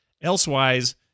Elsewise